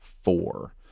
four